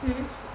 mmhmm